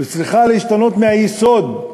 וצריכה להשתנות מהיסוד,